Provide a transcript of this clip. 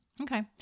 Okay